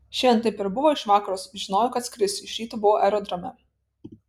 šiandien taip ir buvo iš vakaro žinojau kad skrisiu iš ryto buvau aerodrome